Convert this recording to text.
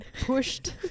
pushed